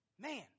man